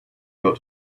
got